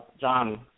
John